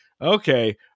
Okay